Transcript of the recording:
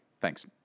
Thanks